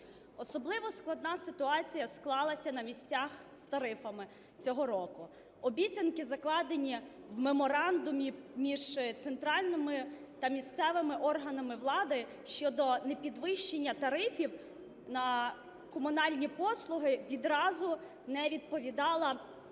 Особливо складна ситуація склалася на місцях з тарифами цього року. Обіцянки, закладені в меморандумі між центральним та місцевими органами влади щодо непідвищення тарифів на комунальні послуги, відразу не відповідали